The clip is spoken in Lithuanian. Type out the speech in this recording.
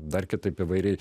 dar kitaip įvairiai